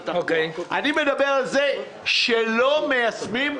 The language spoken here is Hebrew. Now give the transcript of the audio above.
אני מדבר על זה שלא מיישמים,